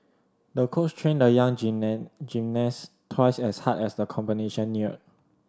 the coach trained the young gymnast twice as hard as the combination neared